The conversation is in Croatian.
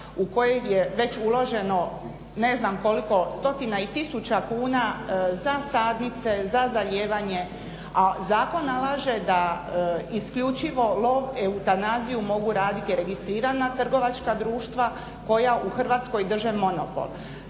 u koje je već uloženo ne znam koliko stotina i tisuća kuna za sadnice, za zalijevanje, a zakon nalaže da isključivo lov, eutanaziju mogu raditi registrirana trgovačka društva koja u Hrvatskoj drže monopol.